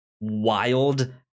wild